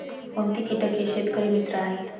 कोणती किटके शेतकरी मित्र आहेत?